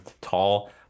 tall